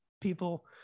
people